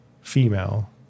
female